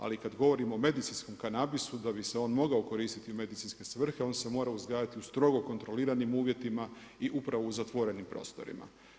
Ali kada govorimo o medicinskom kanabisu, da bi se on mogao koristiti u medicinske svrhe on se mora uzgajati u strogo kontroliranim uvjetima i upravo u zatvorenim prostorima.